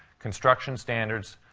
construction standards